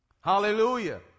Hallelujah